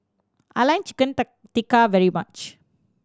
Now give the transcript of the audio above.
I like Chicken Tikka very much